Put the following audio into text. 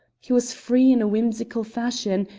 he was free in a whimsical fashion,